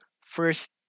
First